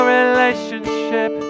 relationship